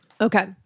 Okay